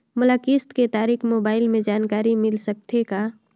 मोला किस्त के तारिक मोबाइल मे जानकारी मिल सकथे का?